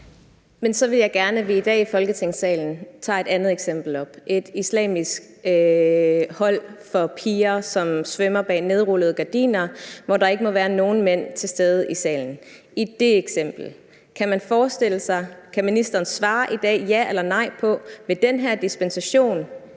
Men så vil jeg gerne have, at vi i dag i Folketingssalen tager et andet eksempel op, f.eks. et islamisk hold for piger, som svømmer bag nedrullede gardiner, hvor der ikke må være nogen mænd til stede i svømmehallen. I forhold til det eksempel kan ministeren så i dag svare ja eller nej på, om den her dispensation